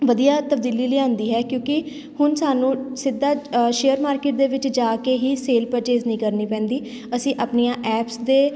ਵਧੀਆ ਤਬਦੀਲੀ ਲਿਆਂਦੀ ਹੈ ਕਿਉਂਕਿ ਹੁਣ ਸਾਨੂੰ ਸਿੱਧਾ ਸ਼ੇਅਰ ਮਾਰਕੀਟ ਦੇ ਵਿੱਚ ਜਾ ਕੇ ਹੀ ਸੇਲ ਪਰਚੇਸ ਨਹੀਂ ਕਰਨੀ ਪੈਂਦੀ ਅਸੀਂ ਆਪਣੀਆਂ ਐਪਸ ਦੇ